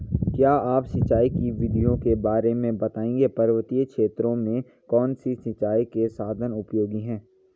क्या आप सिंचाई की विधियों के बारे में बताएंगे पर्वतीय क्षेत्रों में कौन से सिंचाई के साधन उपयोगी हैं?